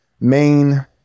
main